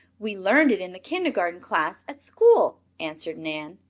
we learned it in the kindergarten class at school, answered nan.